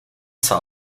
zwar